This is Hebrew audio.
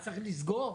צריך לסגור?